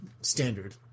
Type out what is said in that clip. standard